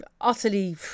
utterly